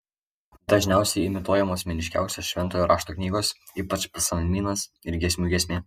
dažniausiai imituojamos meniškiausios šventojo rašto knygos ypač psalmynas ir giesmių giesmė